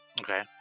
Okay